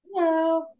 Hello